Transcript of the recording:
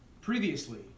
previously